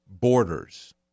borders